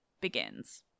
begins